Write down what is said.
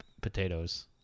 potatoes